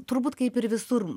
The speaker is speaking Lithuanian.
turbūt kaip ir visur